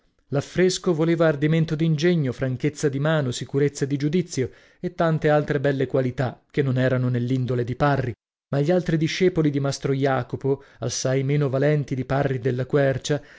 l'affresco voleva ardimento d'ingegno franchezza di mano sicurezza di giudizio e tante altre belle qualità che non erano nell'indole di parri ma gli altri discepoli di mastro jacopo assai meno valenti di parri della quercia